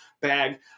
bag